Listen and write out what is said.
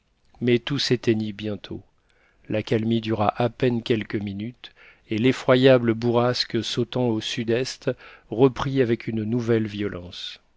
mais tout s'éteignit bientôt l'accalmie dura à peine quelques minutes et l'effroyable bourrasque sautant au sud-est reprit avec une nouvelle violence